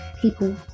people